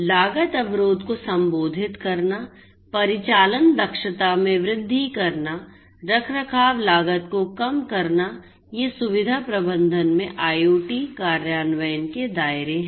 लागत अवरोध को संबोधित करना परिचालन दक्षता में वृद्धि करना रखरखाव लागत को कम करना ये सुविधा प्रबंधन में IoT कार्यान्वयन के दायरे हैं